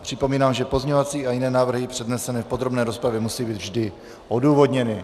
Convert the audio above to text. Připomínám, že pozměňovací a jiné návrhy přednesené v podrobné rozpravě musí být vždy odůvodněny.